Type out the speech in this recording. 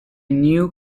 new